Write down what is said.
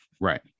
Right